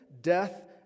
death